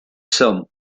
sum